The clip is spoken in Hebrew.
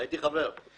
הייתי חבר.